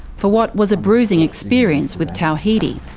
for what was a bruising experience with tawhidi.